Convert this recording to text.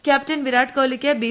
captain Virat കോലിയ്ക്ക് B